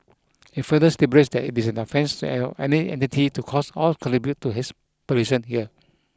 it further stipulates that it is an offence any entity to cause or contribute to haze pollution here